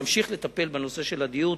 ונמשיך לטפל בנושא של הדיור.